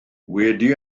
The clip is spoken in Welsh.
wedi